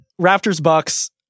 Raptors-Bucks